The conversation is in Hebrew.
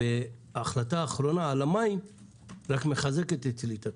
וההחלטה האחרונה על המים רק מחזקת אצלי את התחושה.